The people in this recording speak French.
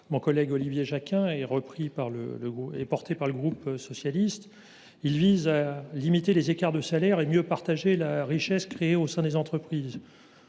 mon collègue Olivier Jacquin, cosigné par l’ensemble du groupe socialiste, vise à limiter les écarts de salaires et à mieux partager la richesse créée au sein des entreprises.